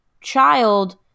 child